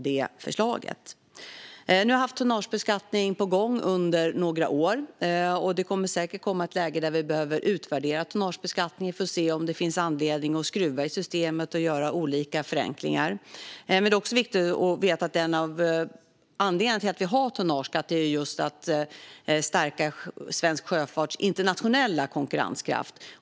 Nu har vi haft tonnagebeskattning igång under några år, och det kommer säkert att komma ett läge där vi behöver utvärdera den för att se om det finns anledning att skruva i systemet och göra olika förenklingar. Det är också viktigt att veta att en av anledningarna till att vi har tonnageskatt är just att stärka svensk sjöfarts internationella konkurrenskraft.